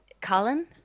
Colin